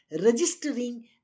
registering